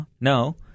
No